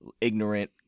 ignorant